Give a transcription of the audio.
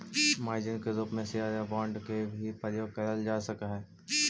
margin के रूप में शेयर या बांड के भी प्रयोग करल जा सकऽ हई